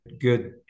good